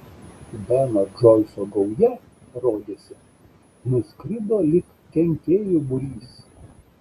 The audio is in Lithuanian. beno džoiso gauja rodėsi nuskrido lyg kenkėjų būrys